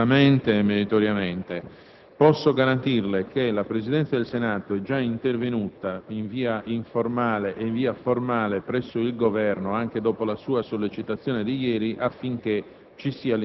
giustamente e meritoriamente. Posso garantirle che la Presidenza è già intervenuta sia in via informale sia in via formale presso il Governo, anche dopo la sua sollecitazione di ieri, affinché